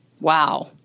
Wow